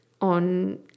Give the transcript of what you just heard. on